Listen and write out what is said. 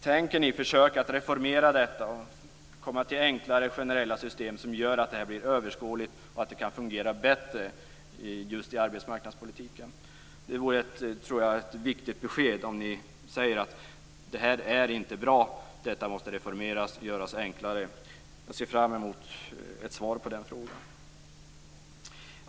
Tänker ni försöka reformera detta och komma till enklare, generella system som gör att det hela blir överskådligt och kan fungera bättre i arbetsmarknadspolitiken? Det vore ett viktigt besked om ni sade att detta inte var bra, och att det måste reformeras och göras enklare. Jag ser fram emot ett svar på den frågan.